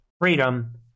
freedom